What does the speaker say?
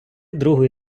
другої